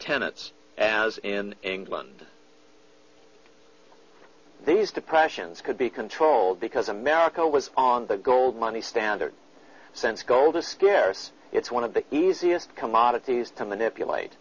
tenants as in england these depressions could be controlled because america was on the gold money standard since gold is there it's one of the easiest commodities to manipulate